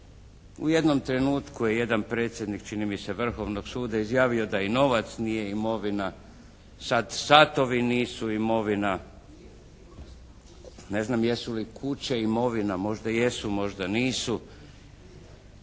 U jednom trenutku je jedan predsjednik čini mi se Vrhovnog suda izjavio da i novac nije imovina. Sad satovi nisu imovina, ne znam jesu li kuće imovina, možda jesu možda nisu.